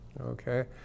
okay